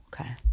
Okay